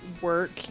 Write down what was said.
work